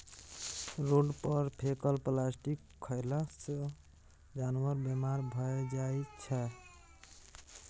road पर फेकल plastic खएला सँ जानबर बेमार भए जाइ छै